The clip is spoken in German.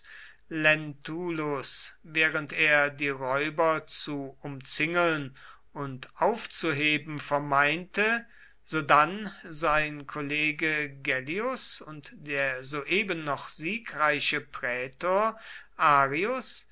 während er die räuber zu umzingeln und aufzuheben vermeinte sodann sein kollege gellius und der soeben noch siegreiche prätor